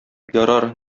ярар